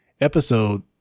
episode